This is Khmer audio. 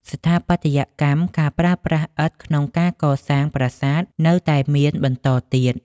ស្ថាបត្យកម្ម ការប្រើប្រាស់ឥដ្ឋក្នុងការកសាងប្រាសាទនៅតែមានបន្តទៀត។